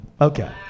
Okay